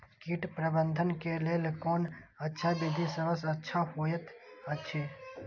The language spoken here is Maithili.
कीट प्रबंधन के लेल कोन अच्छा विधि सबसँ अच्छा होयत अछि?